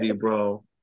bro